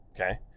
okay